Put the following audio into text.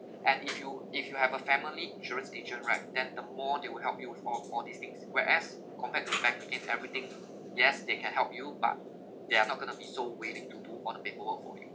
and if you if you have a family insurance agent right then the more they will help you with all all this things whereas compared to bank we give everything yes they can help you but they are not going to be so willing to do all the paperwork for you